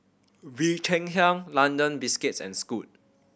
Bee Cheng Hiang London Biscuits and Scoot